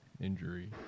injury